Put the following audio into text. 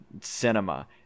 cinema